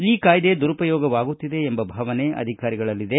ಈ ಕಾಯ್ದೆ ದುರುಪಯೋಗವಾಗುತ್ತಿದೆ ಎಂಬ ಭಾವನೆ ಅಧಿಕಾರಿಗಳಲ್ಲಿದೆ